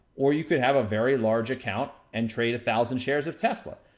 or you could have a very large account, and trade a thousand shares of tesla.